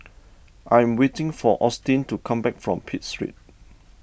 I am waiting for Austyn to come back from Pitt Street